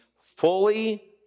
Fully